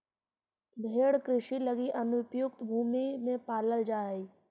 भेंड़ कृषि लगी अनुपयुक्त भूमि में पालल जा हइ